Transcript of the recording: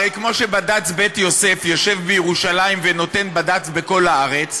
הרי כמו שבד"ץ "בית יוסף" יושב בירושלים ונותן בד"ץ בכל הארץ,